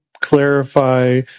clarify